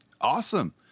Awesome